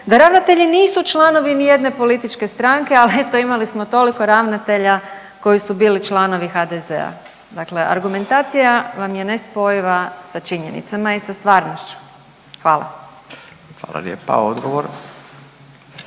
da ravnatelji nisu članovi nijedne političke stranke, ali eto imali smo toliko ravnatelja koji su bili članovi HDZ-a, dakle argumentacija vam je nespojiva sa činjenicama i sa stvarnošću. Hvala. **Radin, Furio